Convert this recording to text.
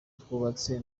twubatse